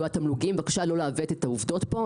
בבקשה לא לעוות את העובדות פה.